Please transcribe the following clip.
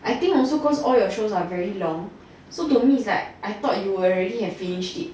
I think also cause all your shows are very long so to me it's like I thought you were already have finished it